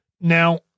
Now